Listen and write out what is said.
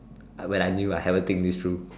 when I knew I haven't think this through